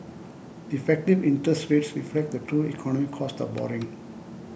effective interest rates reflect the true economic cost of borrowing